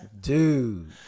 Dude